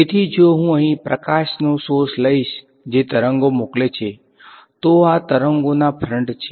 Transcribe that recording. તેથી જો હું અહીં પ્રકાશનો સોર્સ લઈશ જે તરંગો મોકલે છે તો આ તરંગોના ફ્રંટ છે